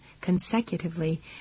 consecutively